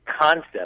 concept